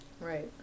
Right